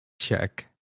check